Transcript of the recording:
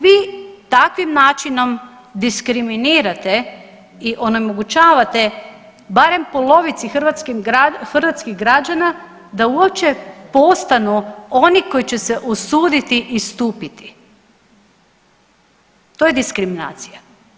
Vi takvim načinom diskriminirate i onemogućavate barem polovici hrvatskih građana da uopće postanu oni koji će se usuditi istupiti, to je diskriminacija.